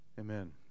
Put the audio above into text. Amen